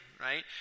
right